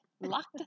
locked